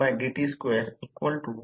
तर सर्व गोष्टी मोजा म्हणजे 0